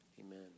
Amen